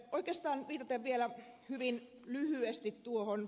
oikeastaan viitaten vielä hyvin lyhyesti ed